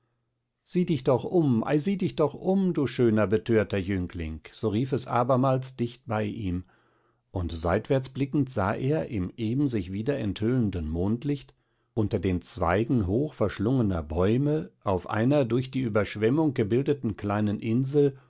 sieh dich doch um ei sieh dich doch um du schöner betörter jüngling so rief es abermals dicht bei ihm und seitwärts blickend sah er im eben sich wieder enthüllenden mondlicht unter den zweigen hochverschlungner bäume auf einer durch die überschwemmung gebildeten kleinen insel